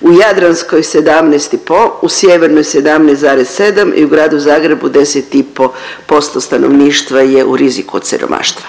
u Jadranskoj 17,5, u Sjevernoj 17,7 i u Gradu Zagrebu 10,5% stanovništva je u riziku od siromaštva.